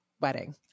wedding